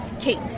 Kate